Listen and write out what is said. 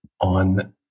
on